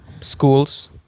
schools